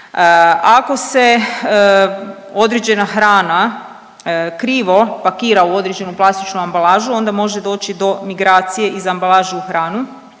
Ako se određena hrana krivo pakira u određenu plastičnu ambalažu onda može doći do migracije iz ambalaže u hranu,